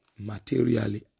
materially